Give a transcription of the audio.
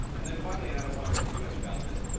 and then finally, and i don't want to say too much about this,